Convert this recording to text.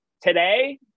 today